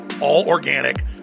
all-organic